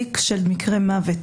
תיק של מקרה מוות,